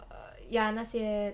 err ya 那些